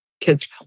kids